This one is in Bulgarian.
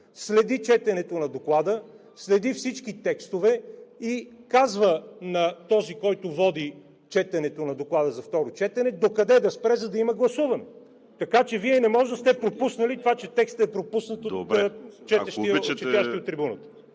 следи четенето на Доклада, следи всички текстове и казва на този, който води четенето на Доклада за второ четене, докъде да спре, за да има гласуване. Така че Вие не може да сте пропуснали, че текстът е пропуснат от четящия от трибуната.